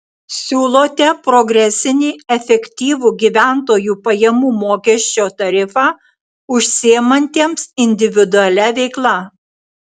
siūlote progresinį efektyvų gyventojų pajamų mokesčio tarifą užsiimantiems individualia veikla